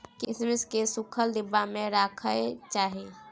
किशमिश केँ सुखल डिब्बा मे राखे कय चाही